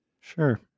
Sure